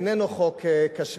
איננו חוק כשר.